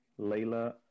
Layla